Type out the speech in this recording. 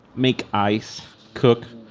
make ice, cook,